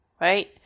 Right